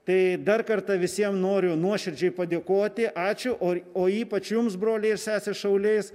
tai dar kartą visiem noriu nuoširdžiai padėkoti ačiū oi o ypač jums broliai ir sesės šauliais